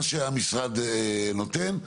מה שהמשרד נותן.